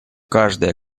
каждая